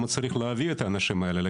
לא, אתה לא מציג כאן מצגת.